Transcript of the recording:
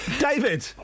David